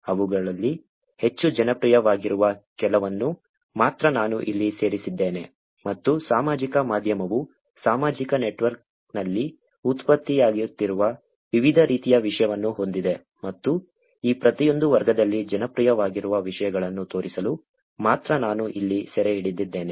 ಅವುಗಳಲ್ಲಿ ಹೆಚ್ಚು ಜನಪ್ರಿಯವಾಗಿರುವ ಕೆಲವನ್ನು ಮಾತ್ರ ನಾನು ಇಲ್ಲಿ ಸೆರೆಹಿಡಿದಿದ್ದೇನೆ ಮತ್ತು ಸಾಮಾಜಿಕ ಮಾಧ್ಯಮವು ಸಾಮಾಜಿಕ ನೆಟ್ವರ್ಕ್ನಲ್ಲಿ ಉತ್ಪತ್ತಿಯಾಗುವ ವಿವಿಧ ರೀತಿಯ ವಿಷಯವನ್ನು ಹೊಂದಿದೆ ಮತ್ತು ಈ ಪ್ರತಿಯೊಂದು ವರ್ಗದಲ್ಲಿ ಜನಪ್ರಿಯವಾಗಿರುವ ವಿಷಯಗಳನ್ನು ತೋರಿಸಲು ಮಾತ್ರ ನಾನು ಇಲ್ಲಿ ಸೆರೆಹಿಡಿದಿದ್ದೇನೆ